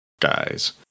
Guys